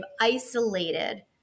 isolated